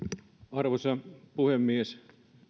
arvoisa puhemies